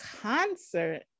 concert